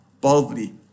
boldly